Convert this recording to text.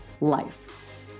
life